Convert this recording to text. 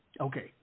okay